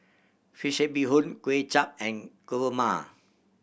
fish head bee hoon Kuay Chap and kurma